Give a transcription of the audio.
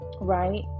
Right